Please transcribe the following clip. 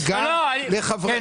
אגב,